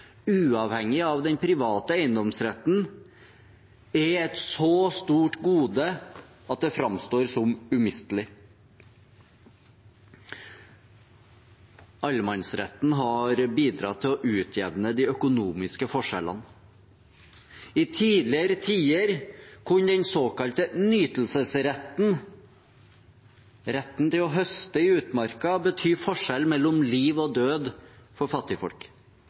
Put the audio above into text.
uavhengig av den private eiendomsretten, er et så stort gode at det framstår som umistelig. Allemannsretten har bidratt til å utjevne de økonomiske forskjellene. I tidligere tider kunne den såkalte nyttesretten, retten til å høste i utmarka, bety forskjellen mellom liv og død for fattigfolk.